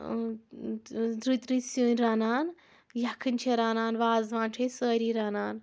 رٕتۍ رٕتۍ سِنۍ رَنَان یَکھٕنۍ چھِ رَنَان وازوَان چھِ أسۍ سٲری رَنَان